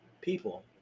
people